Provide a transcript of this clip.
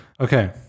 okay